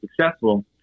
successful